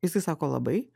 jisai sako labai